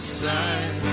side